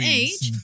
age